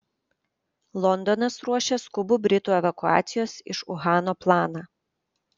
londonas ruošia skubų britų evakuacijos iš uhano planą